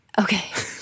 Okay